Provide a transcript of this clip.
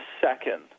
second